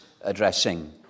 addressing